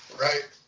Right